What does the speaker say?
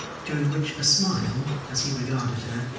during which a smile, as he regarded her,